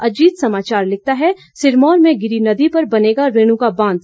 अजीत समाचार लिखता है सिरमौर में गिरी नदी पर बनेगा रेणुका बांध